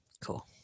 Cool